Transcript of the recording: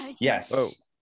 yes